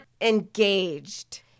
engaged